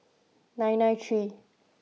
nine nine three